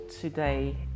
today